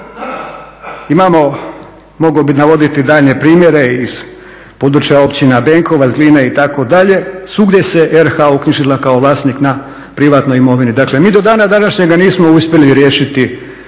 Imamo, mogao bih navoditi daljnje primjere iz područja Općina Benkovac, Glina, itd., svugdje se RH uknjižila kao vlasnik na privatnoj imovini. Dakle, mi do dana današnjega nismo uspjeli riješiti